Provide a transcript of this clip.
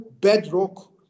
bedrock